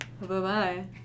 Bye-bye